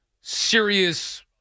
serious